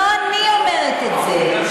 לא אני אומרת את זה.